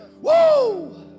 Woo